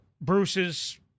Bruce's